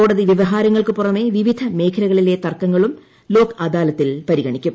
കോടതി വ്യവഹാരങ്ങൾക്കു പുറമെ വിവിധ മേഖലകളിലെ തർക്കങ്ങളും ലോക് അദാലത്തിൽ പരിഗണിക്കും